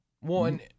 one